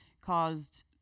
caused